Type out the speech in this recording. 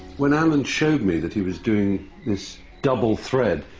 when alan showed me that he was doing this double thread,